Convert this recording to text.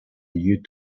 lieux